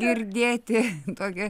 girdėti tokį